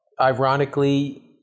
ironically